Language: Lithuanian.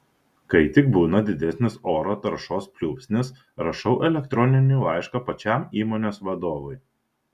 kai tik būna didesnis oro taršos pliūpsnis rašau elektroninį laišką pačiam įmonės vadovui